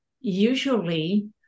Usually